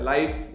Life